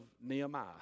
Nehemiah